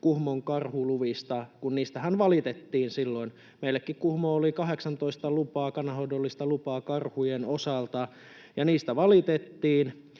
Kuhmon karhuluvista, kun niistähän valitettiin. Meillekin Kuhmoon oli 18 kannanhoidollista lupaa karhujen osalta, ja niistä valitettiin.